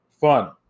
fun